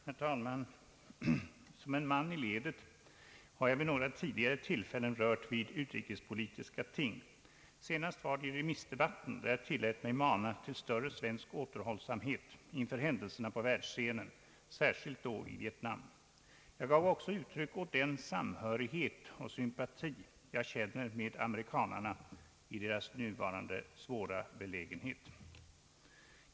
Herr talman! Som en man i ledet har jag vid några tillfällen berört utrikespolitiska ting. Senast var det i remissdebatten, då jag tillät mig mana till större svensk återhållsamhet inför händelserna på världsscenen, särskilt i Vietnam. Jag gav också uttryck åt den samhörighet med och sympati för amerikanerna som jag känner i deras nuvarande svåra belägenhet.